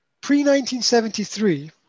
pre-1973